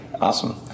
Awesome